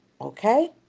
Okay